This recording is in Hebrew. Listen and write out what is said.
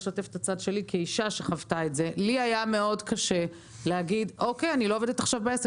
קשה להן לומר שהן לא עובדות עכשיו בעסק